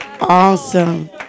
awesome